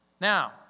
Now